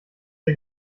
der